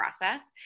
process